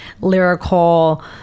lyrical